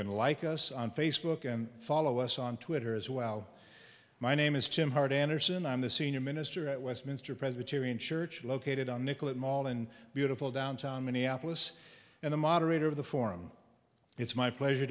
can like us on facebook and follow us on twitter as well my name is jim hart anderson i'm the senior minister at westminster presbyterian church located on nicollet mall and beautiful downtown minneapolis and the moderator of the forum it's my pleasure